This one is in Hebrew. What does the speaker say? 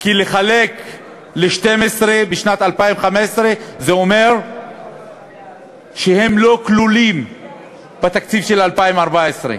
כי לחלק ל-12 בשנת 2015 זה אומר שהן לא כלולות בתקציב של 2014,